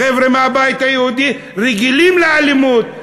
החבר'ה מהבית היהודי רגילים לאלימות,